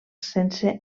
sense